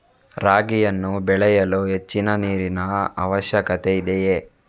ರಾಗಿಯನ್ನು ಬೆಳೆಯಲು ಹೆಚ್ಚಿನ ನೀರಿನ ಅವಶ್ಯಕತೆ ಇದೆಯೇ?